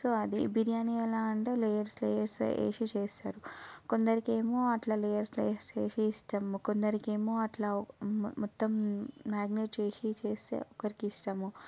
so అది బిర్యానీ ఎలా అంటే లేయర్స్ లేయర్స్గా వేసి చేస్తారు కొందరికి ఏమో అట్ల లేయర్స్ లేయర్స్ చేసి వేస్తే కొందరికి ఏమో అట్లా మొత్తం మ్యారినేట్ చేసి చేస్తే ఒకరికి ఇష్టం